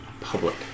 public